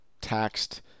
taxed